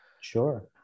Sure